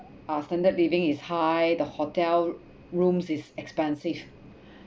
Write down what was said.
uh standard of living is high the hotel rooms is expensive